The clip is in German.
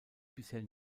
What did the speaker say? bisher